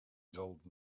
gold